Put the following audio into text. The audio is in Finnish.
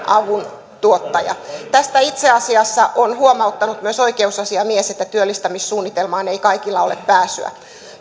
avuntuottaja tästä itse asiassa on huomauttanut myös oikeusasiamies että työllistämissuunnitelmaan ei kaikilla ole pääsyä